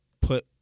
put